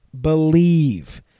BELIEVE